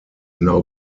now